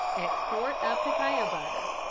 export of cacao butter.